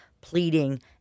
pleading